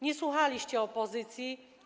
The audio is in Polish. Nie słuchaliście opozycji.